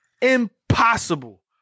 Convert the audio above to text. Impossible